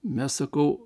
mes sakau